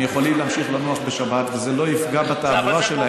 הם יכולים להמשיך לנוח בשבת וזה לא יפגע בעבודה שלהם.